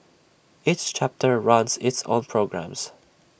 each chapter runs its own programmes